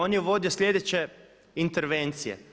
On je uvodio sljedeće intervencije.